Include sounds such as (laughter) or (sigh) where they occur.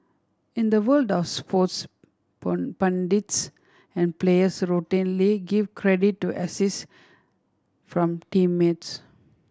in the world of sports (unintelligible) pundits and players routinely give credit to assist from teammates